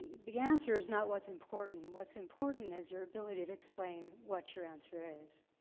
the answer is not what's important. what's important is your ability to explain what your answer is.